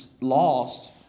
lost